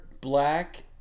black